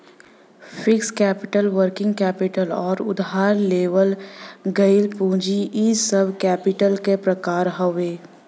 fixed capital working capital आउर उधार लेवल गइल पूंजी इ सब कैपिटल क प्रकार हउवे